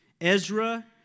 Ezra